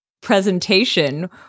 presentation